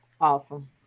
Awesome